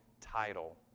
title